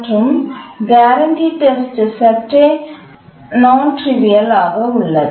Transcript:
மற்றும் guarantee test சற்றே நான்ட்றிவியல் ஆக உள்ளது